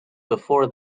before